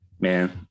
man